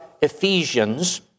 Ephesians